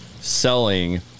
selling